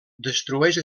destrueix